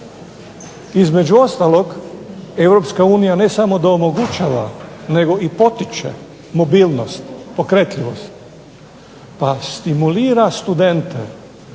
Između ostalog EU ne samo da omogućava nego i potiče mobilnost, pokretljivost pa stimulira studente